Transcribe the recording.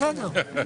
בסדר.